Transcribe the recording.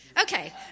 Okay